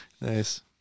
Nice